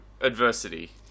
adversity